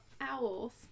owls